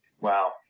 Wow